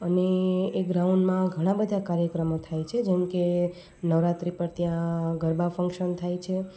અને એ ગ્રાઉન્ડમાં ઘણા બધા કાર્યક્રમો થાય છે જેમ કે નવરાત્રી પર ત્યાં ગરબા ફંક્શન થાય છે